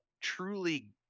truly